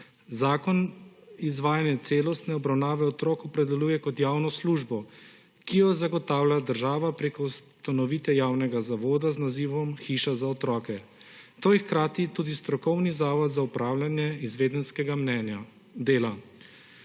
Zakon izvajanje celostne obravnave otrok opredeljuje kot javno službo, ki jo zagotavlja država prek ustanovitve javnega zavoda z nazivom hiša za otroke. To je hkrati tudi strokovni zavod za opravljanje izvedenskega dela.